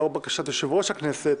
לאור בקשת יושב-ראש הכנסת,